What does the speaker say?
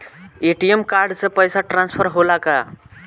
ATM card से पैसा transfer होला का?